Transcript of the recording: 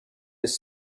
his